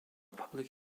public